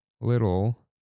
little